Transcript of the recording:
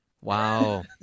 Wow